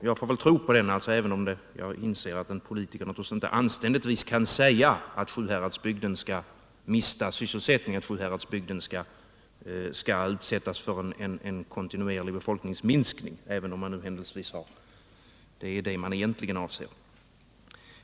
Jag får väl tro på den, även om jag inser att en politiker anständigtvis inte kan säga att Sjuhäradsbygden skall mista sin sysselsättning och utsättas för en kontinuerlig befolkningsminskning, även om detta är vad man egentligen avser.